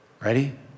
Ready